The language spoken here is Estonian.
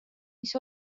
mis